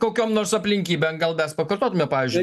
kokiom nors aplinkybėm gal mes pakartotume pavyzdžiui